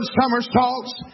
somersaults